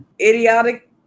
idiotic